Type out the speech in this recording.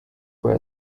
were